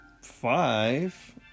five